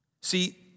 See